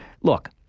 look